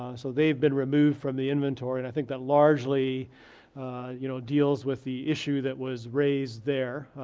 ah so they've been removed from the inventory, and i think that largely you know, deals with the issue that was raised there.